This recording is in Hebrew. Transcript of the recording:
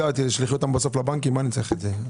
ישלחו אותם בסוף לבנקים מה אני צריך את זה?